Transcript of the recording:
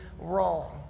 wrong